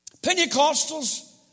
Pentecostals